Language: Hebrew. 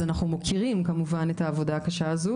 אנחנו מוקירים כמובן את העבודה הקשה הזאת,